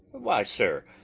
why, sir,